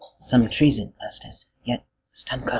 some treason, masters yet stand